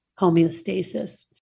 homeostasis